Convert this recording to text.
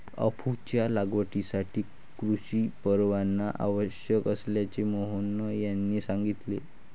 अफूच्या लागवडीसाठी कृषी परवाना आवश्यक असल्याचे मोहन यांनी सांगितले